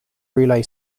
relay